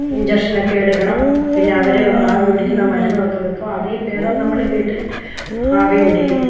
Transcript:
ഇഞ്ചക്ഷനൊക്കെ എടുക്കണം പിന്നെ അവർ ആവി പിടിക്കുന്ന മരുന്നും ഒക്കെ വെക്കും അതിൽ ഭേദം നമ്മൾ വീട്ടിൽ ആവി പിടിക്കും